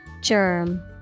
Germ